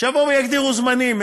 שיבואו ויגדירו זמנים.